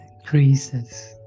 increases